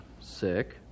Sick